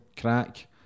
crack